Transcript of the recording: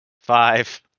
Five